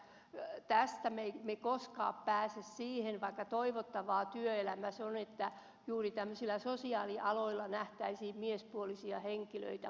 tästä me emme koskaan pääse siihen vaikka toivottavaa työelämässä on että juuri tämmöisillä sosiaalialoilla nähtäisiin miespuolisia henkilöitä